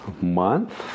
month